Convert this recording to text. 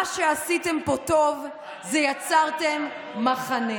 מה שעשיתם פה טוב זה ליצור מחנה.